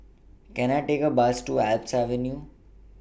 Can I Take A Bus to Alps Avenue